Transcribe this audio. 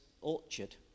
orchard